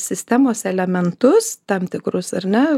sistemos elementus tam tikrus ar ne